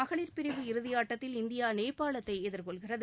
மகளிர் பிரிவு இறுதியாட்டத்தில் இந்தியா நேபாளத்தை எதிர்கொள்கிறது